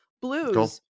blues